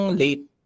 late